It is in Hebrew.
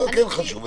כן חשוב.